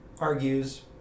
argues